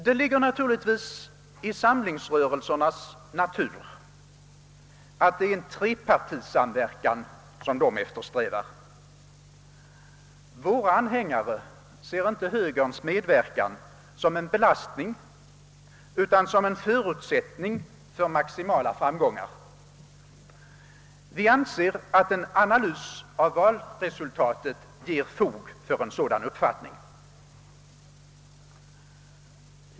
Det ligger i samlingsrörelsernas natur att det är en trepartisamverkan man eftersträvar. Våra anhängare betraktar inte högerns medverkan som en belastning, utan som en förutsättning för maximala framgångar. Vi anser att en analys av valresultatet ger fog för denna uppfattning.